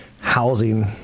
housing